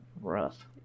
rough